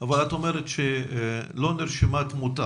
אבל את אומרת שלא נרשמה תמותה.